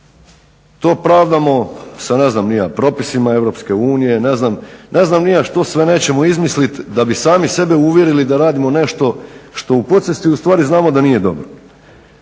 to pravdamo sa, ne znam ni ja, propisima EU, ne znam ni ja što sve nećemo izmislit da bi sami sebe uvjerili da radimo nešto što u podsvijesti ustvari znamo da nije dobro.